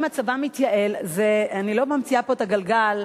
אם הצבא מתייעל, זה, אני לא ממציאה פה את הגלגל.